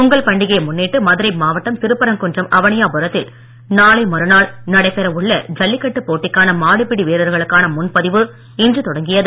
பொங்கல் பண்டிகையை முன்னிட்டு மதுரை மாவட்டம் திருப்பரங்குன்றம் அவனியாபுரத்தில் நாளை மறுநாள் நடைபெற உள்ள ஜல்லிக்கட்டுப் போட்டிக்கான மாடுபிடி வீரர்களுக்கான முன்பதிவு இன்று தொடங்கியது